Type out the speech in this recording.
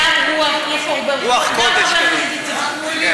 גם רוח, יש פה הרבה רוחות.